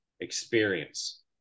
experience